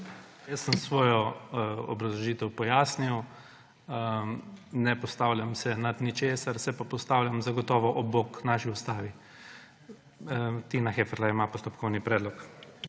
Jaz sem svojo obrazložitev pojasnil. Ne postavljam se nad ničesar, se pa postavljam zagotovo ob bok naši ustavi. Tina Heferle ima postopkovni predlog.